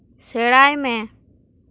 ᱥᱮᱬᱟᱭ ᱢᱮ